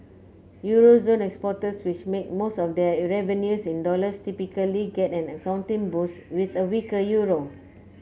euro zone exporters which make most of their revenues in dollars typically get an accounting boost with a weaker euro